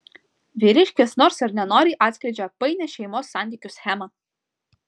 vyriškis nors ir nenoriai atskleidžia painią šeimos santykių schemą